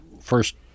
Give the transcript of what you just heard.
first